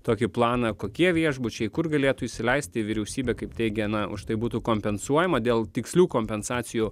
tokį planą kokie viešbučiai kur galėtų įsileisti vyriausybė kaip teigė na už tai būtų kompensuojama dėl tikslių kompensacijų